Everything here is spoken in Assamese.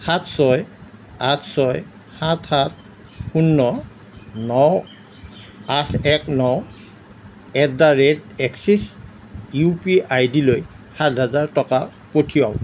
সাত ছয় আঠ ছয় সাত সাত শূন্য ন আঠ এক ন এট দ্যা ৰেট এক্সিচ ইউ পি আইডিলৈ সাত হাজাৰ টকা পঠিৱাওঁক